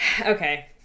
Okay